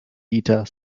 dieter